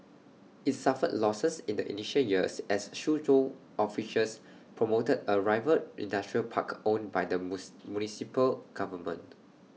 IT suffered losses in the initial years as Suzhou officials promoted A rival industrial park owned by the municipal government